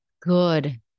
good